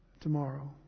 tomorrow